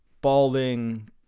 balding